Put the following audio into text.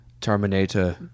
Terminator